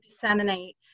disseminate